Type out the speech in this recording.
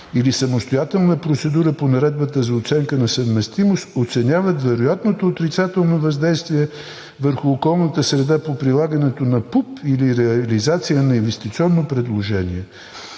или самостоятелна процедура по Наредбата за оценка на съвместимост – оценяват вероятното отрицателно въздействие върху околната среда по прилагането на ПУБ или реализация на инвестиционно предложение.